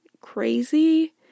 crazy